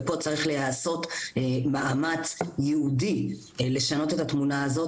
ופה צריך להיעשות מאמץ ייעודי לשנות את התמונה הזאת,